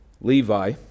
Levi